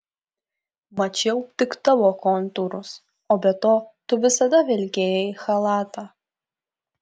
mačiau tik tavo kontūrus o be to tu visada vilkėjai chalatą